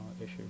issue